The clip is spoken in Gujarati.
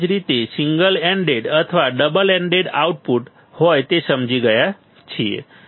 એવી જ રીતે સિંગલ એન્ડેડ અથવા ડબલ એન્ડેડ આઉટપુટ હોય તે સમજી ગયા છીએ